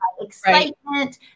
excitement